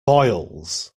boils